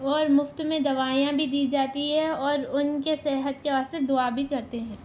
اور مفت میں دوائیاں بھی دی جاتی ہے اور اُن کے صحت کے واسطے دعا بھی کرتے ہیں